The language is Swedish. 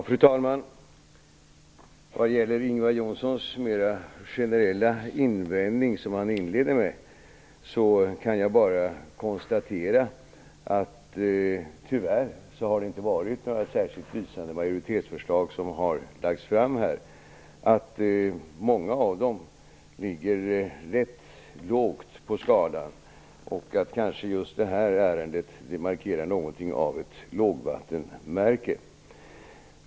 Fru talman! Vad gäller Ingvar Johnssons mera generella invändning som han inledde sitt anförande med kan jag bara konstatera att det tyvärr inte har varit några särskilt lysande majoritetsförslag som lagts fram. Många av dem ligger rätt lågt på skalan. Kanske just detta ärende markerar något av ett lågvattenmärke.